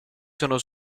sono